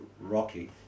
rocky